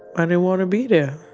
and want to be there.